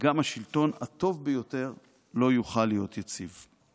גם השלטון הטוב ביותר לא יכול להיות יציב.